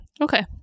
Okay